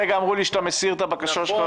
הרגע אמרו לי שאתה מסיר את הבקשה שלך.